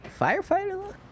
Firefighter